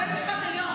בבקשה.